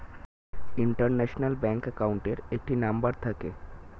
international bank অ্যাকাউন্টের একটি number থাকে